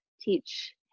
teach